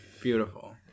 Beautiful